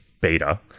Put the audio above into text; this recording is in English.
beta